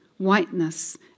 whiteness